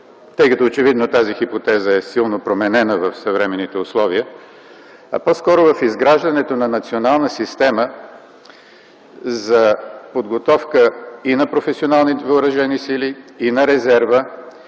тъй като очевидно тази хипотеза е силно променена в съвременните условия, а по-скоро в изграждането на национална система за подготовка и на професионалните Въоръжени сили, и на резерва,